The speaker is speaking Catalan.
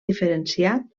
diferenciat